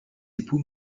époux